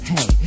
Hey